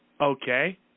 Okay